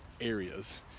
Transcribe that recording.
areas